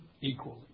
equally